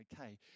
okay